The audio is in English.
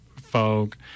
folk